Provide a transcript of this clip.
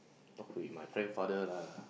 talk with my friend father lah